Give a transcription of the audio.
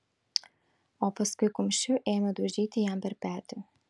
o paskui kumščiu ėmė daužyti jam per petį